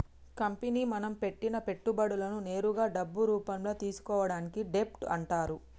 company మనం పెట్టిన పెట్టుబడులను నేరుగా డబ్బు రూపంలో తీసుకోవడాన్ని డెబ్ట్ అంటరు